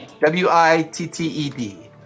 W-I-T-T-E-D